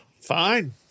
Fine